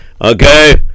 okay